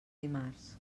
dimarts